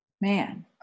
Man